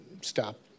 stop